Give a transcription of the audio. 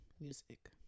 music